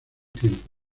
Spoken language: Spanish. tiempo